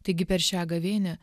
taigi per šią gavėnią